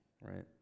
right